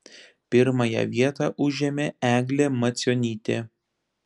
pirmąją vietą užėmė eglė macionytė